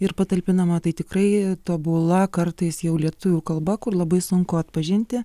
ir patalpinama tai tikrai tobula kartais jau lietuvių kalba kur labai sunku atpažinti